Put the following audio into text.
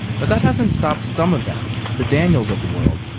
but that hasn't stopped some of them, the daniels of the world,